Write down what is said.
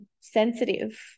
sensitive